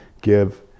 give